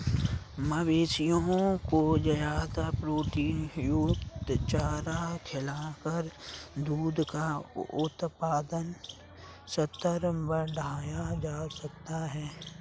मवेशियों को ज्यादा प्रोटीनयुक्त चारा खिलाकर दूध का उत्पादन स्तर बढ़ाया जा सकता है